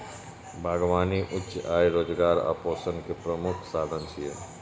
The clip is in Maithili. बागबानी उच्च आय, रोजगार आ पोषण के प्रमुख साधन छियै